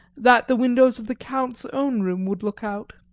that the windows of the count's own room would look out.